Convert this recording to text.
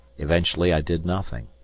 eventually i did nothing,